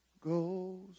goes